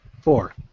Four